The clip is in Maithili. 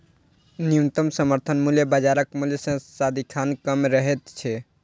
न्यूनतम समर्थन मूल्य बाजारक मूल्य सॅ सदिखन कम रहैत छै